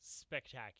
spectacular